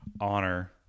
honor